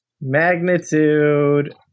Magnitude